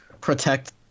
Protect